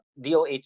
DOH